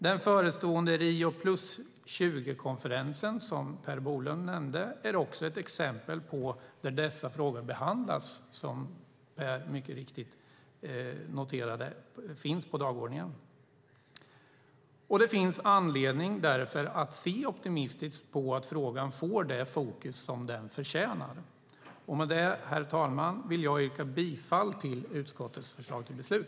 Den förestående Rio + 20-konferensen, som Per Bolund nämnde, är också ett exempel där dessa frågor finns på dagordningen. Därför finns det anledning att se optimistiskt på att frågan får det fokus den förtjänar. Herr talman! Med detta vill jag yrka bifall till utskottets förslag till beslut.